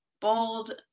bold